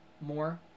more